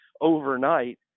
overnight